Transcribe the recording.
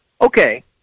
Okay